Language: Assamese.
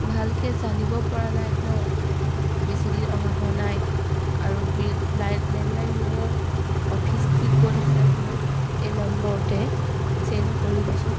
ভালকৈ জানিব পৰা নাই ন বেছিদিন অহা হোৱা নাই আৰু বিল লাই লেণ্ডলাইন বিলৰ অফিচ যি ক'ড আছে মোক এই নম্বৰতে চেণ্ড কৰিবচোন